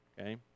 Okay